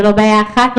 זה לא בעיה אחת,